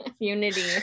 unity